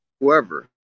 whoever